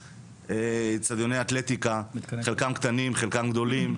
איצטדיוני אתלטיקה, חלקם קטנים, חלקם גדולים.